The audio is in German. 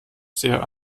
sehr